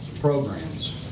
programs